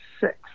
six